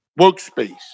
workspace